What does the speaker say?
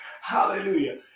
Hallelujah